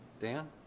Dan